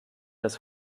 das